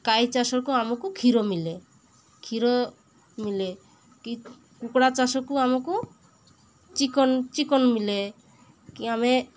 ଗାଈ ଚାଷକୁ ଆମକୁ କ୍ଷୀର ମିଳେ କ୍ଷୀର ମିଳେ କି କୁକୁଡ଼ା ଚାଷକୁ ଆମକୁ ଚିକେନ ଚିକେନ ମିଳେ କି ଆମେ